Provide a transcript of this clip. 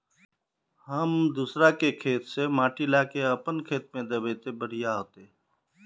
हम दूसरा के खेत से माटी ला के अपन खेत में दबे ते बढ़िया होते?